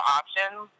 options